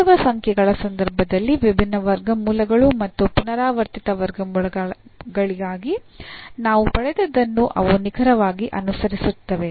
ವಾಸ್ತವ ಸಂಖ್ಯೆಗಳ ಸಂದರ್ಭದಲ್ಲಿ ವಿಭಿನ್ನ ವರ್ಗಮೂಲಗಳು ಮತ್ತು ಪುನರಾವರ್ತಿತ ವರ್ಗಮೂಲಗಳಿಗಾಗಿ ನಾವು ಪಡೆದದ್ದನ್ನು ಅವು ನಿಖರವಾಗಿ ಅನುಸರಿಸುತ್ತವೆ